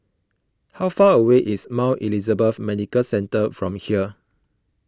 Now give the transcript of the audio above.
how far away is Mount Elizabeth Medical Centre from here